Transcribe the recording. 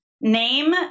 name